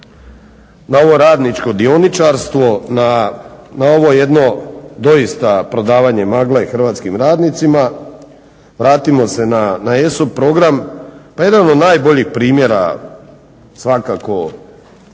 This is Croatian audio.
na ovo radničko dioničarstvo, na ovo jedno doista prodavanje magle hrvatskim radnicima, vratimo se na ESO program. Pa jedan od najboljih primjera svakako u